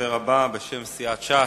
הדובר הבא, בשם סיעת ש"ס,